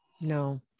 No